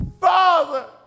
Father